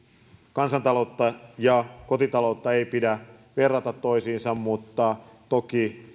kansantaloutta ja kotitaloutta ei pidä verrata toisiinsa mutta toki